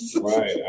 Right